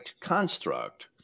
construct